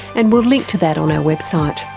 and we'll link to that on our website.